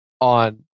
on